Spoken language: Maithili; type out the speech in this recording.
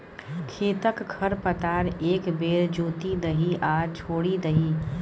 खेतक खर पतार एक बेर जोति दही आ छोड़ि दही